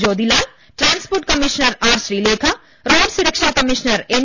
Jyothilal transport commissioner R Sreelekha road സുരക്ഷാ commissioner N